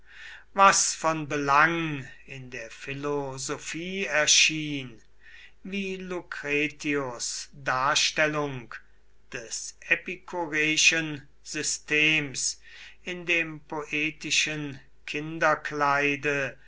was von belang in der philosophie erschien wie lucretius darstellung des epikureischen systems in dem poetischen kinderkleide